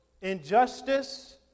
injustice